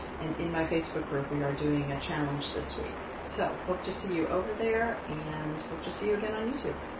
and in my facebook group, we are doing a challenge this week. so hope to see you over there and hope to see you again on youtube.